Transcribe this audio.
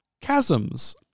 chasms